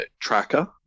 tracker